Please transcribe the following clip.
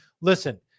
Listen